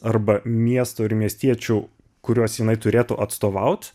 arba miesto ir miestiečių kuriuos jinai turėtų atstovaut